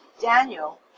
Daniel